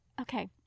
okay